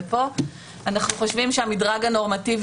שמכירים מהסרטים.